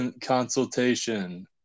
Consultation